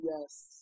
yes